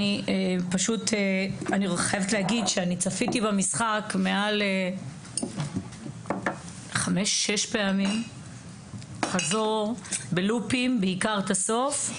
אני חייבת להגיד שצפיתי במשחק מעל 5-6 פעמים בלופים ובעיקר את הסוף.